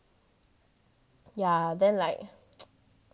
ya then like